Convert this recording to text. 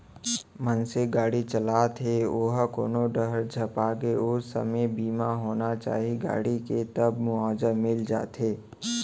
मनसे गाड़ी चलात हे ओहा कोनो डाहर झपागे ओ समे बीमा होना चाही गाड़ी के तब मुवाजा मिल जाथे